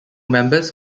members